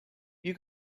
you